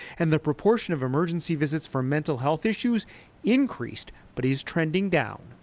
and the proportion of emergency visits for mental health issues increased but is trending down.